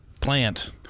plant